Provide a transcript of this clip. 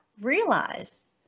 realize